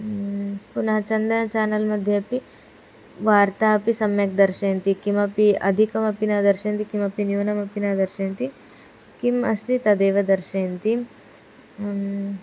पुनः चन्दन चानेल् मध्ये अपि वार्ता अपि सम्यक् दर्शयन्ति किमपि अधिकमपि न दर्शन्ति किमपि न्यूनमपि न दर्शयन्ति किम् अस्ति तदेव दर्शयन्ति